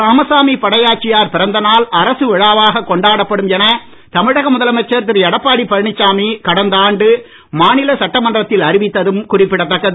ராமசாமி படையாச்சியார் பிறந்த நாள் அரசு விழாவாக கொண்டாடப்படும் என தமிழக முதலமைச்சர் திரு எடப்பாடி பழனிச்சாமி கடந்த ஆண்டு மாநில சட்டமன்றத்தில் அறிவித்ததும் குறிப்பிடதக்கது